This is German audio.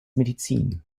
medizin